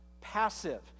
passive